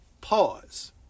pause